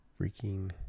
freaking